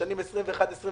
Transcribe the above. בשנים 2021 2022